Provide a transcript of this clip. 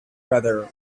brother